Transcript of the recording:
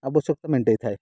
ଆବଶ୍ୟକ ମେଣ୍ଟାଇ ଥାଏ